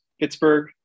Pittsburgh